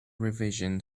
revision